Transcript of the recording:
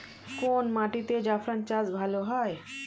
কোন মাটিতে জাফরান চাষ ভালো হয়?